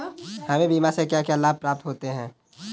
हमें बीमा से क्या क्या लाभ प्राप्त होते हैं?